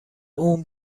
اون